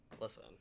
Listen